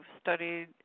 studied